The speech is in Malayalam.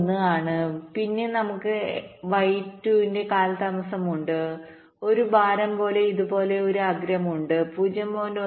1 ആണ് പിന്നെ നമുക്ക് y 2 ന്റെ കാലതാമസം ഉണ്ട് ഒരു ഭാരം പോലെ ഇതുപോലുള്ള ഒരു അഗ്രം ഉണ്ട് 0